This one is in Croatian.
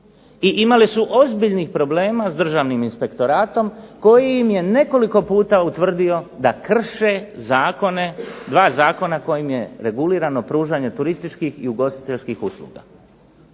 i imale su ozbiljnih problema s državnim inspektoratom koji im je nekoliko puta utvrdi da krše zakone, dva zakona kojim je regulirano pružanje turističkih i ugostiteljskih usluga.